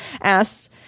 asked